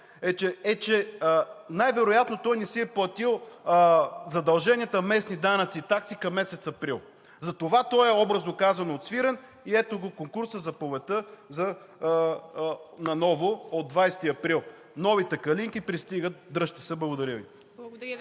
е, че най-вероятно той не си е платил задълженията „местни данъци и такси“ към месец април. Затова той е, образно казано, отсвирен и ето го конкурса – заповедта, наново от 20 април. Новите „калинки“ пристигат – дръжте се. Благодаря Ви.